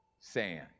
sand